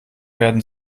werden